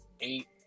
eight